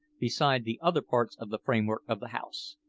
beside the other parts of the framework of the house,